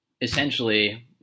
essentially